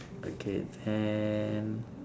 okay then